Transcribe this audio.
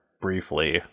briefly